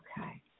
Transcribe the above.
Okay